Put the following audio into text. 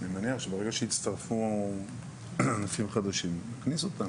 אני מניח שברגע שיצטרפו ענפים חדשים, נכניס אותם.